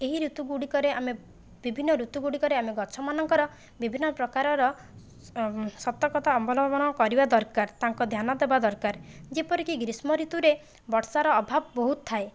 ଏହି ଋତୁ ଗୁଡ଼ିକରେ ଆମେ ବିଭିନ୍ନ ଋତୁ ଗୁଡ଼ିକରେ ଆମେ ଗଛମାନଙ୍କର ବିଭିନ୍ନ ପ୍ରକାରର ସତର୍କତା ଅବଲମ୍ବନ କରିବା ଦରକାର ତାଙ୍କ ଧ୍ୟାନ ଦେବା ଦରକାର ଯେପରିକି ଗ୍ରୀଷ୍ମ ଋତୁରେ ବର୍ଷାର ଅଭାବ ବହୁତ ଥାଏ